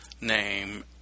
name